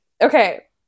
Okay